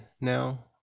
now